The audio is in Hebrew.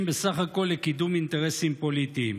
בסך הכול לקידום אינטרסים פוליטיים.